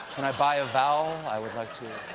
and i buy a vowel? i would like to.